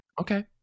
Okay